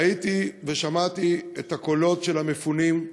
ראיתי ושמעתי את הקולות של המפונים.